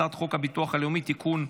הצעת חוק הביטוח הלאומי (תיקון,